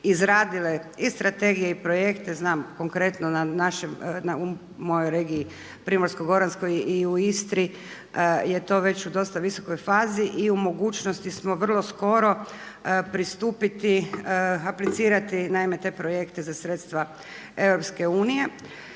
izradile i strategije i projekte. Znam konkretno u mojoj regiji primorsko-goranskoj i u Istri je to već u dosta visokoj fazi i u mogućnosti smo vrlo skoro aplicirati te projekte za sredstva EU.